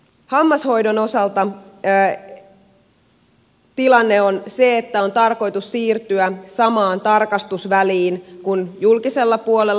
hammashoidon osalta tilanne on se että on tarkoitus siirtyä samaan tarkastusväliin kuin julkisella puolella